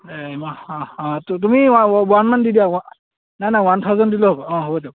এই অঁ অঁ তু তুমি ৱা ওৱানমান দি দিয়া নাই নাই ওৱান থাউজেণ্ড দিলেও হ'ব অঁ হ'ব দিয়ক